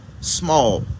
small